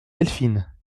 delphine